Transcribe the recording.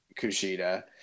Kushida